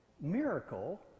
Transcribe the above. miracle